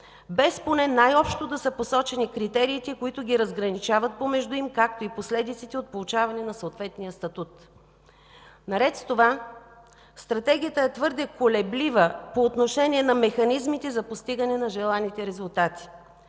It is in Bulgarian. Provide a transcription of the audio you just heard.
без, поне най-общо, да са посочени критериите, които ги разграничават помежду им, както и последиците от получаване на съответния статут. Наред с това Стратегията е твърде колеблива по отношение на механизмите за постигане на желаните резултати.